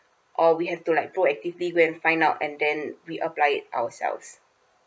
or we have to like proactively go and find out and then we apply it ourselves